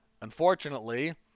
unfortunately